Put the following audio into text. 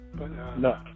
No